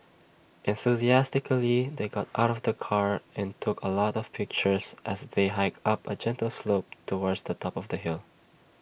enthusiastically they got out of the car and took A lot of pictures as they hiked up A gentle slope towards the top of the hill